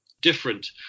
different